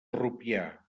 rupià